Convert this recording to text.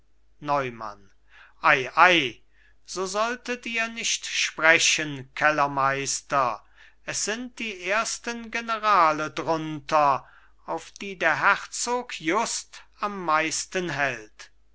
neumann ei ei so solltet ihr nicht sprechen kellermeister es sind die ersten generale drunter auf die der herzog just am meisten hält